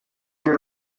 que